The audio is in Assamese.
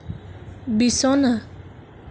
বিছনা